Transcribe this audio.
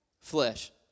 flesh